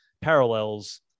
parallels